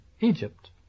Egypt